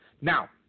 Now